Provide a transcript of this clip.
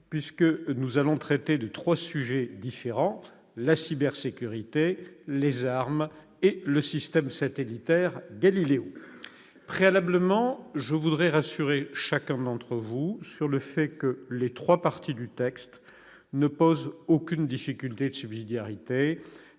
puisque nous allons traiter de trois sujets différents : la cybersécurité, les armes et le système satellitaire Galileo. Préalablement, je tiens à rassurer chacun d'entre vous sur le fait que les trois parties du texte ne posent aucune difficulté de subsidiarité.